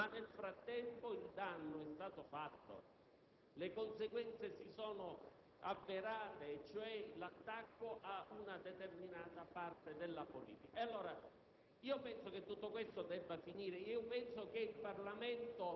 tradotti in carcere e poi assolti con formula piena: nel frattempo il danno era stato fatto e le conseguenze si erano avverate, vale a dire l'attacco ad una determinata parte della politica.